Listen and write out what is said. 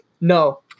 No